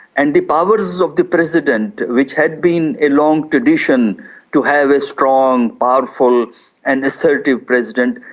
and the powers of the president which had been a long tradition to have a strong, powerful and assertive president,